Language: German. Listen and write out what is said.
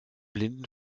blinden